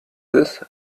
this